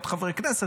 עוד חברי כנסת,